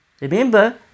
remember